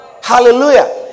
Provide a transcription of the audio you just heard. Hallelujah